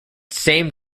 same